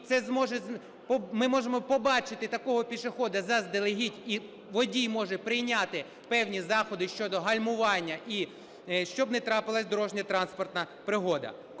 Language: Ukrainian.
ми можемо побачити такого пішохода заздалегідь, і водій може прийняти певні заходи щодо гальмування і щоб не трапилась дорожньо-транспортна пригода.